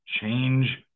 change